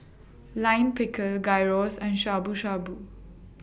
Lime Pickle Gyros and Shabu Shabu